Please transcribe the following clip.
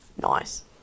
nice